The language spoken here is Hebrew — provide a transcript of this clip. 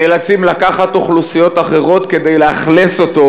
נאלצים לקחת אוכלוסיות אחרות כדי לאכלס אותו.